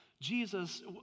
Jesus